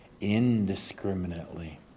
indiscriminately